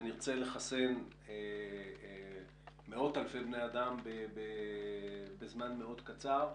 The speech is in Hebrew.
ונרצה לחסן מאות אלפי בני אדם בזמן מאוד קצר,